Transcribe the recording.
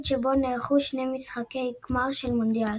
שבו נערכו שני משחקי גמר של המונדיאל.